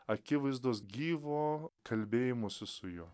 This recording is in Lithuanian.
akivaizdos gyvo kalbėjimosi su juo